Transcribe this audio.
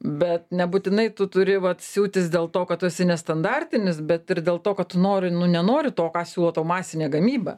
bet nebūtinai tu turi vat siūtis dėl to kad tu esi nestandartinis bet ir dėl to kad tu nori nu nenori to ką siūlo tau masinė gamyba